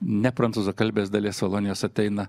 ne prancūzakalbės dalies salone nes ateina